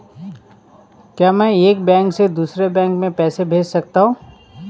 क्या मैं एक बैंक से दूसरे बैंक में पैसे भेज सकता हूँ?